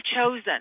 chosen